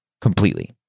Completely